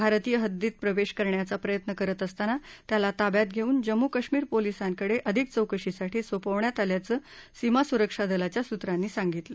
भारतीय हद्दीत प्रवेश करण्याचा प्रयत्न करत असताना त्याला ताब्यात घेऊन जम्मू कश्मीर पोलिसांकडे अधिक चौकशीसाठी सोपवण्यात आल्याचं सीमा सुरक्षा दलाच्या सुत्रांनी सांगितलं